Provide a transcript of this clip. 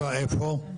7, איפה?